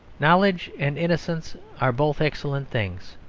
knowledge and innocence are both excellent things,